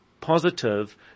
positive